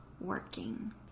working